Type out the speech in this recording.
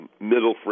middle